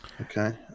Okay